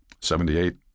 seventy-eight